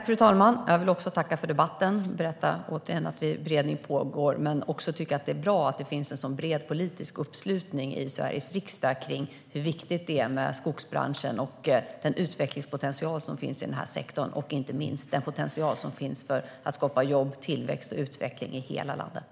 Fru talman! Jag vill också tacka för debatten. Jag berättar återigen att beredning pågår. Det är bra att det finns en sådan bred politisk uppslutning i Sveriges riksdag kring hur viktigt det är med skogsbranschen och den utvecklingspotential som finns i sektorn. Det gäller inte minst den potential som finns för att skapa jobb, tillväxt och utveckling i hela landet.